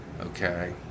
okay